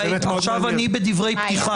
עכשיו אני בדברי פתיחה.